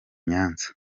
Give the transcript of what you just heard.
nyanza